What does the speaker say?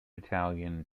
italian